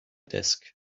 desk